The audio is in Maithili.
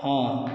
हँ